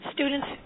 Students